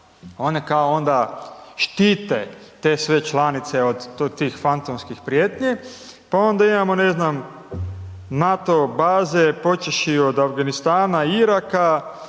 one kao onda štite te sve članice od tih fantomskih prijetnji, pa onda imamo, ne znam, NATO baze počevši od Afganistana, Iraka,